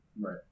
right